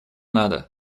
надо